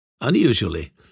Unusually